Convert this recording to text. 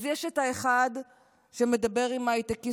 אז יש את האחד שמדבר עם הייטקיסטים,